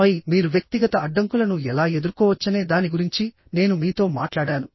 ఆపై మీరు వ్యక్తిగత అడ్డంకులను ఎలా ఎదుర్కోవచ్చనే దాని గురించి నేను మీతో మాట్లాడాను